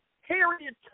Harriet